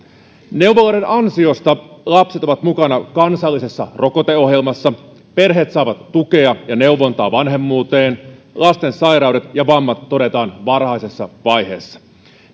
neuvoloiden ansiosta lapset ovat mukana kansallisessa rokoteohjelmassa perheet saavat tukea ja neuvontaa vanhemmuuteen lasten sairaudet ja vammat todetaan varhaisessa vaiheessa